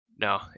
No